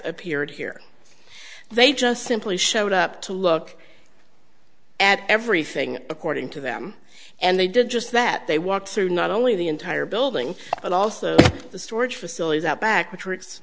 appeared here they just simply showed up to look at everything according to them and they did just that they walked through not only the entire building but also the storage facilities out back